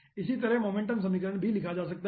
इसी तरह मोमेंटम समीकरण लिखा जा सकता है